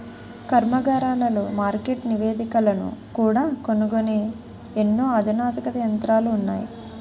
కర్మాగారాలలో మార్కెట్ నివేదికలను కూడా కనుగొనే ఎన్నో అధునాతన యంత్రాలు ఉన్నాయి